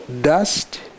dust